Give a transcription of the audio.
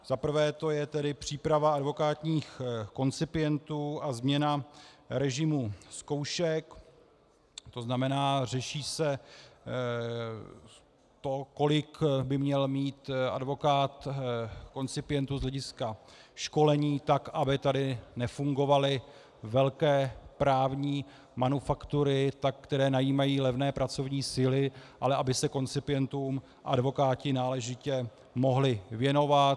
Za prvé to je tedy příprava advokátních koncipientů a změna režimu zkoušek, to znamená, řeší se to, kolik by měl mít advokát koncipientů z hlediska školení, tak aby tady nefungovaly velké právní manufaktury, které najímají levné pracovní síly, ale aby se koncipientům advokáti náležitě mohli věnovat.